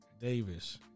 Davis